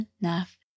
enough